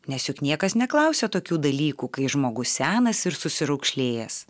nes juk niekas neklausia tokių dalykų kai žmogus senas ir susiraukšlėjęs